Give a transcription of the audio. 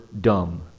dumb